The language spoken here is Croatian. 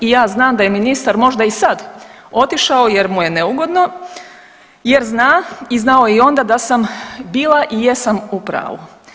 I ja znam da je ministar možda i sad otišao jer mu je neugodno jer zna i znao je i onda da sam bila i jesam u pravu.